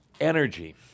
Energy